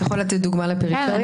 תוכל לתת דוגמה לפריפריה?